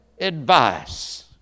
advice